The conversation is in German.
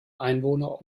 einwohner